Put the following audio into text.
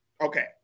okay